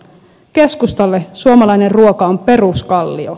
keskustalle suomalainen ruoka on peruskallio